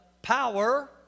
Power